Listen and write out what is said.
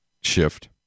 shift